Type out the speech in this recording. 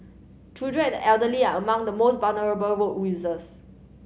children and the elderly are among the most vulnerable road users